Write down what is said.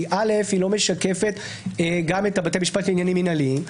כי היא לא משקפת גם את בתי המשפט לעניינים מינהליים,